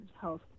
health